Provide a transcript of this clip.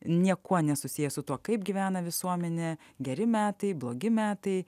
niekuo nesusijęs su tuo kaip gyvena visuomenė geri metai blogi metai